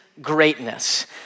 greatness